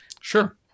sure